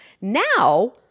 Now